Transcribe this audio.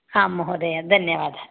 आं महोदय धन्यवादः